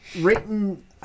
Written